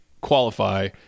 qualify